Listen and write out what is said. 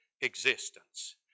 existence